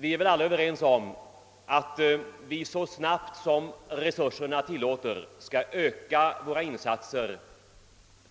Vi är väl alla överens om att vi så snabbt resurserna tillåter skall öka våra insatser